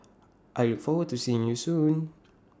I look forward to seeing you soon